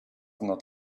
not